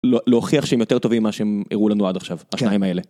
להוכיח שהם יותר טובים ממה שהם הראו לנו עד עכשיו, השניים האלה.